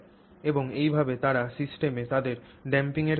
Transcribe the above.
এবং এইভাবে তারা সিস্টেমে তাদের ড্যাম্পিং এর কাজ করে